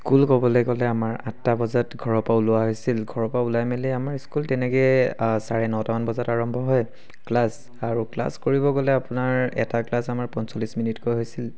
school ক'বলৈ গ'লে আমাৰ আঠটা বজাত ঘৰৰ পৰা ওলোৱা হৈছিল ঘৰৰ পৰা ওলাই মেলি আমাৰ স্কুল তেনেকৈ চাৰে নটামান বজাত আৰম্ভ হয় ক্লাছ আৰু ক্লাছ কৰিব গ'লে আপোনাৰ এটা ক্লাছ আমাৰ পঞ্চল্লিছ মিনিটকৈ হৈছিল